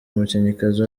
umukinnyikazi